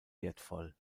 wertvoll